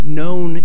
known